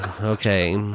okay